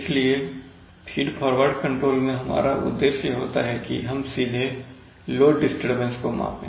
इसलिए feed forward control में हमारा उद्देश्य होता है कि हम सीधे लोड डिस्टरबेंस को मापे